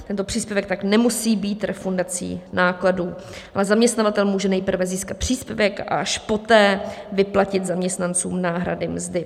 Tento příspěvek tak nemusí být refundací nákladů, ale zaměstnavatel může nejprve získat příspěvek a až poté vyplatit zaměstnancům náhrady mzdy.